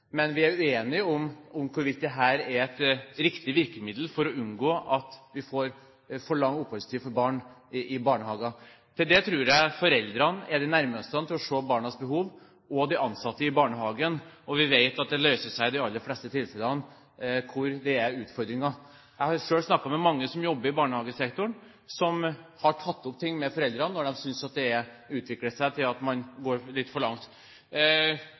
Men vi er uenige om hvorvidt dette er et riktig virkemiddel for å unngå at vi får for lang oppholdstid for barn i barnehager. Jeg tror foreldrene og de ansatte i barnehagen er de nærmeste til å se barnas behov, og vi vet at det løser seg i de aller fleste tilfellene der det er utfordringer. Jeg har selv snakket med mange som jobber i barnehagesektoren som har tatt opp ting med foreldrene når de synes at det utvikler seg til at man går litt for langt.